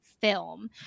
film